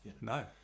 no